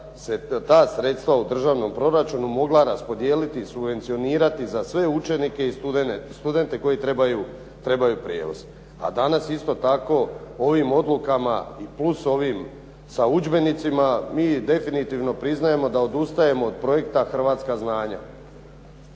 da se ta sredstva u državnom proračunu mogla raspodijeliti, subvencionirati za sve učenike i studente koji trebaju prijevoz. A danas isto tako po ovim odlukama i plus ovim sa udžbenicima mi definitivno priznajemo da odustajemo od projekta hrvatska znanja.